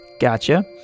Gotcha